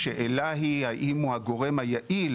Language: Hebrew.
השאלה היא האם הוא הגורם היעיל,